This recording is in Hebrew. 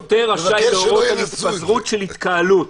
"שוטר רשאי להורות על התפזרות של התקהלות"